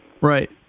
Right